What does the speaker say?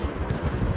U